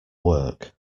work